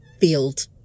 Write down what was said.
field